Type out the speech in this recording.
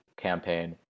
campaign